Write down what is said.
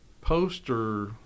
poster